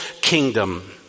kingdom